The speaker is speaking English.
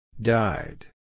Died